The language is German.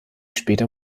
später